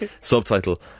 subtitle